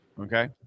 Okay